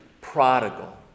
prodigal